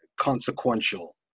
consequential